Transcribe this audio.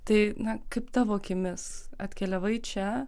tai na kaip tavo akimis atkeliavai čia